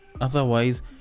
Otherwise